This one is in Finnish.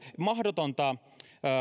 mahdotonta